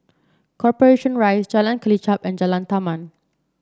Corporation Rise Jalan Kelichap and Jalan Taman